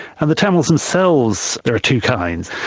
and the tamils themselves, there are two kinds.